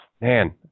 Man